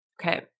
okay